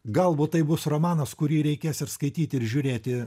galbūt tai bus romanas kurį reikės ir skaityti ir žiūrėti